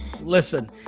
Listen